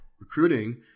recruiting